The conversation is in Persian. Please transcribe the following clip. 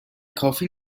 کافی